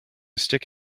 stick